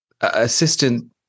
assistant